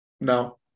No